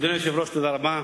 אדוני היושב-ראש, תודה רבה.